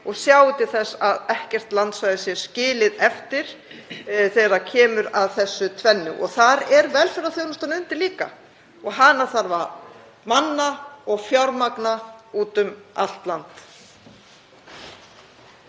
og sjái til þess að ekkert landsvæði sé skilið eftir þegar kemur að þessu tvennu. Þar er velferðarþjónustan undir líka og hana þarf að manna og fjármagna út um allt land.